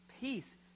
peace